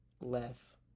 less